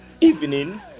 Evening